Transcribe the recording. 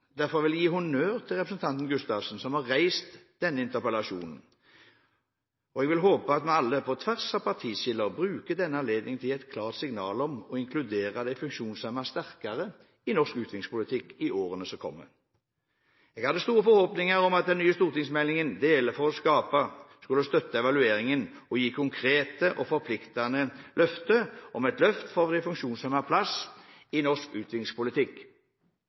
Derfor vil jeg gi honnør til representanten Gustavsen som har reist denne interpellasjonen. Jeg håper at vi alle – på tvers av partiskiller – bruker denne anledningen til å gi et klart signal om å inkludere de funksjonshemmede sterkere i norsk utviklingspolitikk i årene som kommer. Jeg hadde store forhåpninger om at den nye stortingsmeldingen, Dele for å skape, skulle støtte evalueringen og gi konkrete og forpliktende løfter om et løft for de funksjonshemmedes plass i norsk